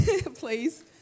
please